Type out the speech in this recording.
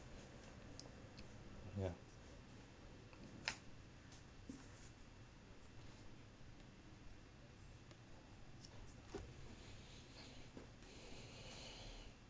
ya